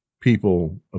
people